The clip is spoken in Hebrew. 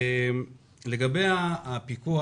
לגבי הפיקוח.